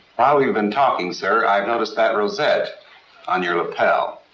while we've been talking, sir, i've noticed that rosette on your lapel.